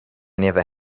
never